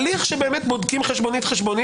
לגבי הליך שבאמת בודקים חשבונית-חשבונית